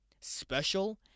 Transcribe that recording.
special